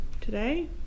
today